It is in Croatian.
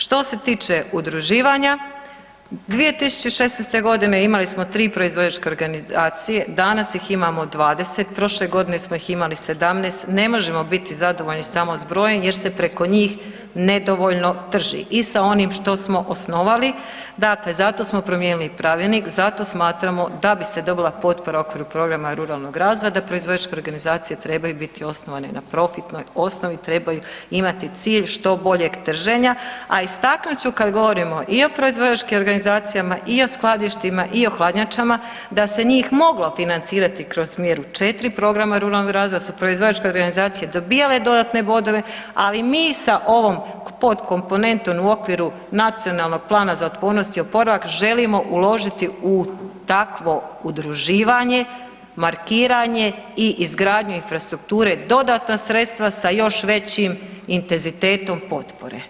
Što se tiče udruživanja, 2016. g. imali smo 3 proizvođačke organizacije, danas ih imamo 20, prošle godine smo ih imali 17, ne možemo biti zadovoljni samo s brojem jer se preko njih nedovoljno trži, i sa onim što smo osnovali, dakle zato smo promijenili pravilnik, zato smatramo da bi se dobila potpora oko programa ruralnog razvoja, da proizvođačke organizacije trebaju biti osnovane na profitnoj osnovi i trebaju imati cilj što boljeg trženja, a istaknut ću kad govorimo i o proizvođačkim organizacijama i o skladištima i o hladnjačama, da se njih moglo financirati kroz mjeru 4. programa ruralnog razvoja, da su proizvođačke organizacije dobivale dodatne bodove ali i mi sa ovim podkomponentom u okviru Nacionalnog plana za otpornost i oporavak, želimo uložiti u takvo udruživanje, markiranje i izgradnju infrastrukture dodatna sredstva sa još većim intenzitetom potpore.